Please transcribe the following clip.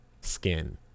skin